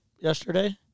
yesterday